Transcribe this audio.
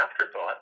afterthought